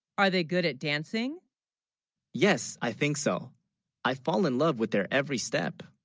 are they good at dancing yes i think so i fall in love with, their every step